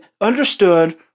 understood